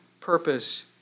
purpose